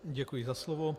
Děkuji za slovo.